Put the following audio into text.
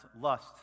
lust